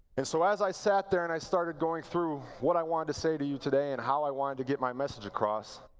and so as i sat there, and i started going through what i wanted to say to you today, and how i wanted to get my message across,